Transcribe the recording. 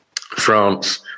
France